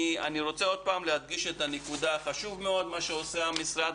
אני רוצה להדגיש שוב את הנקודה: חשוב מאוד מה שעושה המשרד.